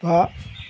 बा